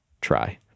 try